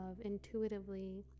intuitively